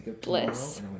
bliss